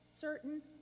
certain